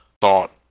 thought